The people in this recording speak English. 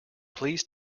please